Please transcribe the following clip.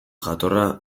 jatorra